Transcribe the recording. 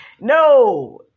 No